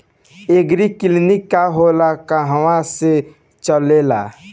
एगरी clinic का होला कहवा से चलेँला?